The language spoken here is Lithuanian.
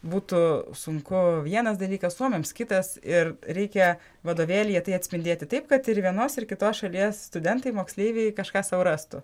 būtų sunku vienas dalykas suomiams kitas ir reikia vadovėlyje tai atspindėti taip kad ir vienos ir kitos šalies studentai moksleiviai kažką sau rastų